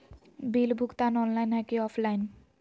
Bill भुगतान online है की ऑफलाइन?